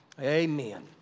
Amen